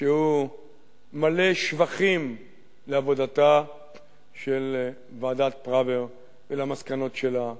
שהוא מלא שבחים לעבודתה של ועדת-פראוור ולמסקנות שלה.